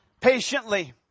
Patiently